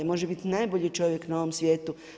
Može biti najbolji čovjek na ovom svijetu.